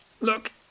Look